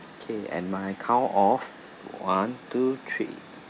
okat at my count of one two three